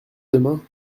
demain